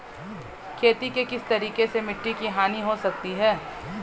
खेती के किस तरीके से मिट्टी की हानि हो सकती है?